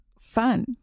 fun